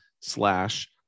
slash